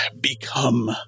become